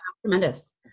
tremendous